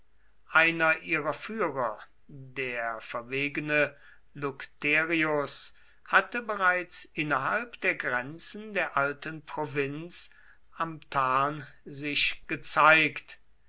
einer ihrer führer der verwegene lucterius hatte bereits innerhalb der grenzen der alten provinz am tarn sich gezeigt